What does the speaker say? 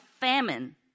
famine